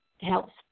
helps